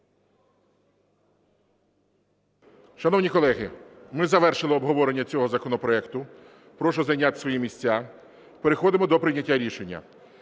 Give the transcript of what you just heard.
Шановні колеги, ми завершили обговорення цього законопроекту. Прошу зайняти свої місця, переходимо до прийняття рішення.